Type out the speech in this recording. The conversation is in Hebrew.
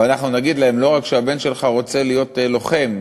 אנחנו נגיד להם: לא רק שהבן שלך רוצה להיות לוחם,